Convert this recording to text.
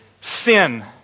sin